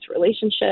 relationship